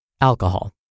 Alcohol